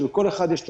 שלכל אחד יש תפקיד.